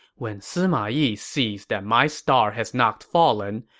when sima yi sees that my star has not fallen,